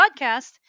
podcast